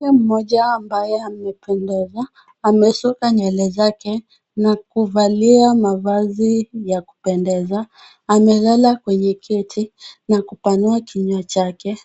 Mtu mmoja ambaye amependeza, ameshuka nywele zake na kuvalia mavazi ya kupendeza, amelala kwenye kiti na kupanua kinywa chake,